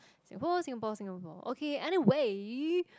Singapore Singapore Singapore okay anyway